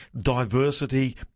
diversity